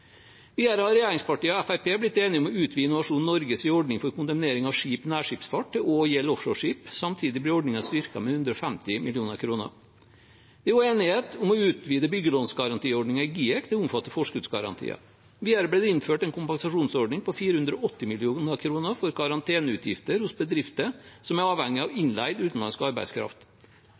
Videre har regjeringspartiene og Fremskrittspartiet blitt enige om å utvide Innovasjon Norges ordning for kondemnering av skip i nærskipsfart til også å gjelde offshoreskip. Samtidig blir ordningen styrket med 150 mill. kr. Det er også enighet om å utvide byggelånsgarantiordningen i GIEK til å omfatte forskuddsgarantier. Videre blir det innført en kompensasjonsordning på 480 mill. kr for karanteneutgifter hos bedrifter som er avhengig av innleid utenlandsk arbeidskraft.